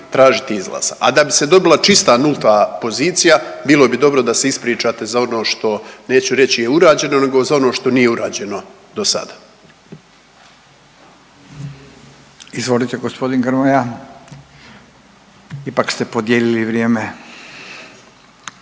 tražiti izlaza. A da bi se dobila čista nulta pozicija bilo bi dobro da se ispričate za ono što neću reći je urađeno nego za ono što nije urađeno do sada. **Radin, Furio (Nezavisni)** Izvolite g. Grmoja ipak ste podijelili vrijeme.